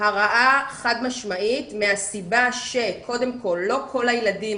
הרעה חד משמעית מהסיבה שקודם כל לא כל הילדים,